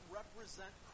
represent